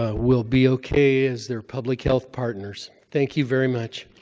ah we'll be okay as their public health partners. thank you very much.